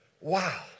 Wow